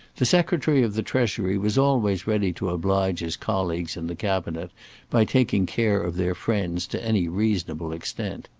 the secretary of the treasury was always ready to oblige his colleagues in the cabinet by taking care of their friends to any reasonable extent.